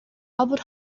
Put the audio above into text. abbot